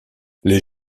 les